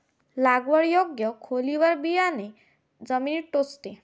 लागवड योग्य खोलीवर बियाणे जमिनीत टोचते